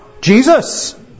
Jesus